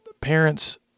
Parents